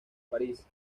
parís